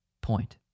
point